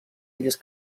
illes